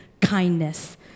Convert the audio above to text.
kindness